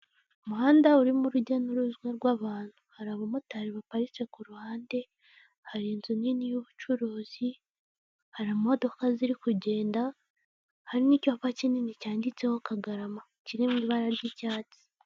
Umuhanda urimo urujya n'uruza rw'abantu hari abamotari baparitse ku ruhande, hari inzu nini y'ubucuruzi harimo imodoka ziri kugenda hari n'icyapa kinini cyanditseho Kagarama kirimo ibara ry'icyatsi.